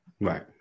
Right